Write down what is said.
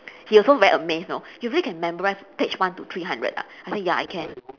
he also very amazed you know you really can memorise page one to three hundred ah I said ya I can